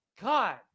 God